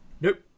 nope